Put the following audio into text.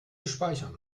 speichern